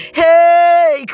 hey